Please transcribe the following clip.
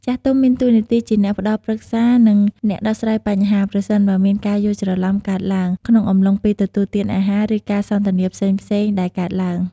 ចាស់ទុំមានតួនាទីជា អ្នកផ្ដល់ប្រឹក្សា និង អ្នកដោះស្រាយបញ្ហា ប្រសិនបើមានការយល់ច្រឡំកើតឡើង ក្នុងអំឡុងពេលទទួលទានអាហារ ឬ ការសន្ទនាផ្សេងៗដែលកើតឡើង ។